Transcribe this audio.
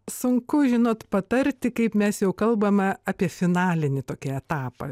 sunku žinot patarti kaip mes jau kalbame apie finalinį tokį etapą